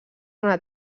una